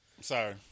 sorry